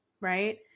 right